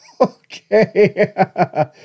Okay